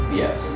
yes